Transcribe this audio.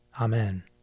Amen